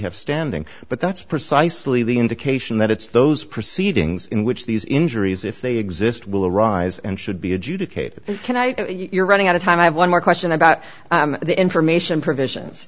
have standing but that's precisely the indication that it's those proceedings in which these injuries if they exist will arise and should be adjudicated can i you're running out of time i have one more question about the information provisions